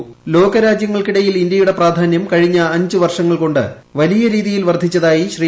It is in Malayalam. ട്ട് ലോകരാജ്യങ്ങൾക്കിടയിൽ ഇന്ത്യയുടെ പ്രാധാന്യം കഴിഞ്ഞ അഞ്ച് പ്പർഷങ്ങൾകൊണ്ട് വലിയ രീതിയിൽ വർദ്ധിച്ചതായി ശ്രീ